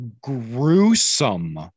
gruesome